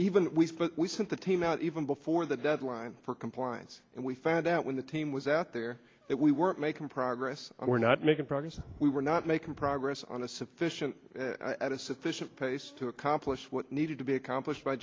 even we've we sent the team out even before the deadline for compliance and we found out when the team was out there that we weren't making progress we're not making progress we were not making progress on a sufficient at a sufficient pace to accomplish what needed to be accomplished by